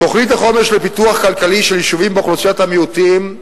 תוכנית החומש לפיתוח כלכלי של יישובים באוכלוסיית המיעוטים,